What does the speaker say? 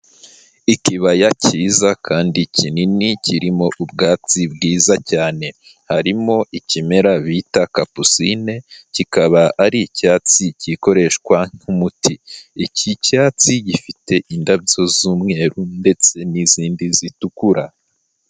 ikibaya cyiza kandi kinini kirimo ubwatsi bwiza cyane. Harimo ikimera bita kapusine, kikaba ari icyatsi gikoreshwa nk'umuti. Iki cyatsi gifite indabyo z'umweru ndetse n'izindi zitukura.